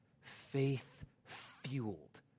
Faith-fueled